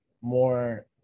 more